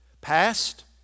past